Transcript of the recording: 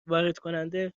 واردکننده